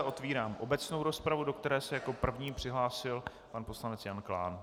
Otevírám obecnou rozpravu, do které se jako první přihlásil pan poslanec Jan Klán.